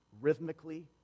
rhythmically